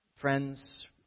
friends